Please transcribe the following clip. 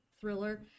thriller